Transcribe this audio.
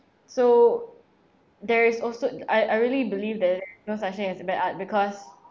so there is also I I really believe that no such thing as a bad art because